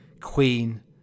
Queen